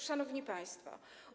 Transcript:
Szanowni Państwo!